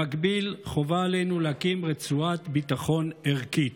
במקביל חובה עלינו להקים רצועת ביטחון ערכית,